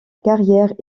carrière